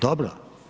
Dobro?